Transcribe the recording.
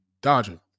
dodging